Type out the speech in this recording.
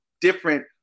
different